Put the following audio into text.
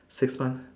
six month